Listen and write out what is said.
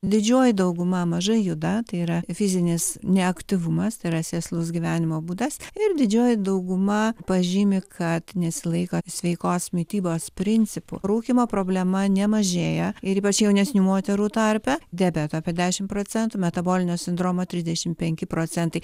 didžioji dauguma mažai juda tai yra fizinis neaktyvumas tai yra sėslus gyvenimo būdas ir didžioji dauguma pažymi kad nesilaiko sveikos mitybos principų rūkymo problema nemažėja ir ypač jaunesnių moterų tarpe diabeto apie dešimt procentų metabolinio sindromo trisdešimt penki procentai